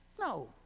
No